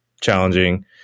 challenging